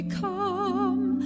come